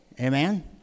Amen